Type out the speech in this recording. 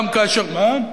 מה עם